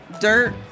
dirt